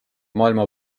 maailma